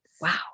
Wow